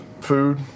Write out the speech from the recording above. food